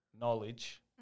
knowledge